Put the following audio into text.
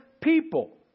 people